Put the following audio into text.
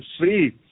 see